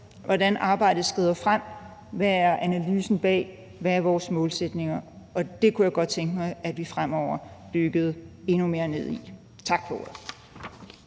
hvordan arbejdet skrider frem, hvad analysen bag det er, og hvad vores målsætninger er, og det kunne jeg godt tænke mig vi fremover dykkede endnu mere ned i. Tak for ordet.